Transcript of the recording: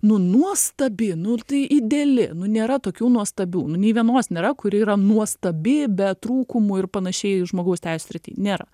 nu nuostabi nu tai ideali nu nėra tokių nuostabių nu nei vienos nėra kuri yra nuostabi be trūkumų ir panašiai žmogaus teisių srity nėra